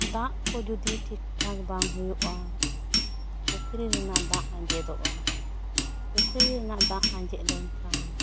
ᱫᱟᱜ ᱠᱚ ᱡᱚᱫᱤ ᱴᱷᱤᱠᱴᱷᱟᱠ ᱵᱟᱝ ᱦᱩᱭᱩᱜᱼᱟ ᱯᱩᱠᱷᱨᱤ ᱨᱮᱱᱟᱜ ᱫᱟᱜ ᱟᱸᱡᱮᱨᱚᱜᱼᱟ ᱯᱩᱠᱷᱨᱤ ᱨᱮᱱᱟᱜ ᱫᱟᱜ ᱟᱸᱡᱮᱨ ᱞᱮᱱᱠᱷᱟᱱ